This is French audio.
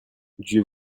dieu